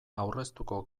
aurreztuko